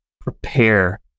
prepare